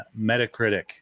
metacritic